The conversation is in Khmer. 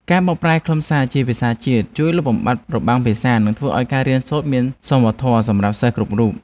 ការបកប្រែខ្លឹមសារជាភាសាជាតិជួយលុបបំបាត់របាំងភាសា និងធ្វើឱ្យការរៀនសូត្រមានសមធម៌សម្រាប់សិស្សគ្រប់រូប។